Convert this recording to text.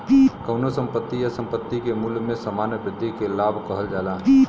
कउनो संपत्ति या संपत्ति के मूल्य में सामान्य वृद्धि के लाभ कहल जाला